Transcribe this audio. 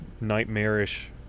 nightmarish